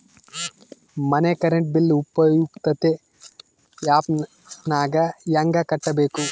ಮನೆ current bill ಉಪಯುಕ್ತತೆ app ನಾಗ ಹೆಂಗ ಕಟ್ಟಬೇಕು?